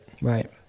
right